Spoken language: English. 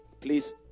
Please